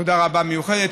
תודה רבה מיוחדת,